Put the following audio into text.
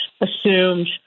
assumed